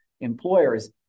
employers